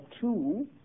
two